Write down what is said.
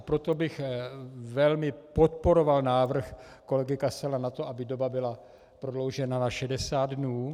Proto bych velmi podporoval návrh kolegy Kasala na to, aby doba byla prodloužena na 60 dnů.